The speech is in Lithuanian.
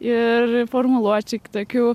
ir formuluočių kitokių